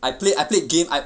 I played I played game I